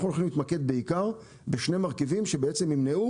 אנחנו הולכים להתמקד בעיקר בשני מרכיבים שבעצם ימנעו